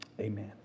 amen